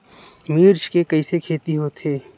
मिर्च के कइसे खेती होथे?